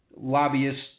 lobbyists